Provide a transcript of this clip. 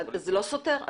זה לא סותר.